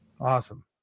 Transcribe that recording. Awesome